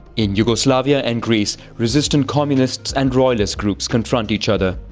in yugoslavia and greece, resistant communists and royalist groups confront each other.